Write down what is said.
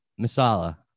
masala